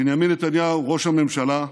בנימין נתניהו, ראש הממשלה,